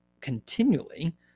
continually